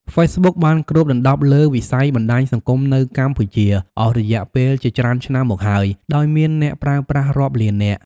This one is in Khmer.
ហ្វេសប៊ុកបានគ្របដណ្ដប់លើវិស័យបណ្តាញសង្គមនៅកម្ពុជាអស់រយៈពេលជាច្រើនឆ្នាំមកហើយ ដោយមានអ្នកប្រើប្រាស់រាប់លាននាក់។